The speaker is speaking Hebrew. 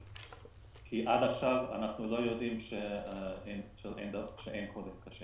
כי עד עכשיו אנחנו לא יודעים שאין חולים קשים.